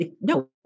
No